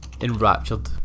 enraptured